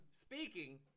speaking